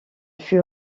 fut